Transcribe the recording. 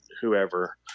whoever